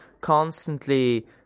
constantly